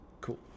Cool